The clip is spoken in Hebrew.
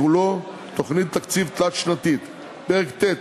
כולו (תוכנית תקציב תלת-שנתית); פרק ט',